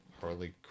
harley